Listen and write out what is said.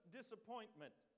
disappointment